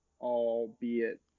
albeit